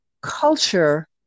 culture